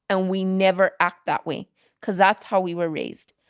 and we never act that way cause that's how we were raised.